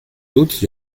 doute